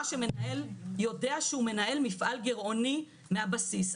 שמנהל יודע שהוא מנהל מפעל גירעוני מהבסיס.